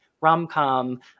rom-com